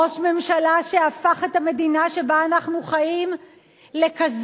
ראש ממשלה שהפך את המדינה שבה אנחנו חיים לכזאת,